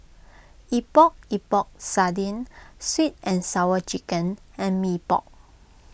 Epok Epok Sardin Sweet and Sour Chicken and Mee Pok